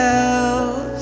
else